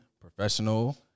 professional